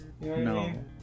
No